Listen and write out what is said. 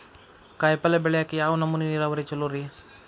ಕಾಯಿಪಲ್ಯ ಬೆಳಿಯಾಕ ಯಾವ್ ನಮೂನಿ ನೇರಾವರಿ ಛಲೋ ರಿ?